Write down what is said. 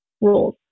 rules